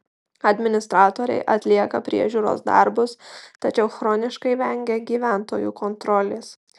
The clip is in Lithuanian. administratoriai atlieka priežiūros darbus tačiau chroniškai vengia gyventojų kontrolės